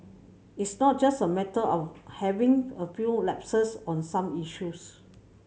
it's not just a matter of having a few lapses on some issues